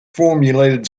formulated